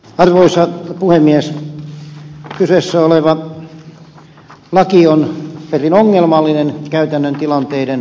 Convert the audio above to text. kyseessä oleva laki on perin ongelmallinen käytännön tilanteiden kannalta